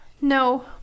No